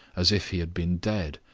as if he had been dead.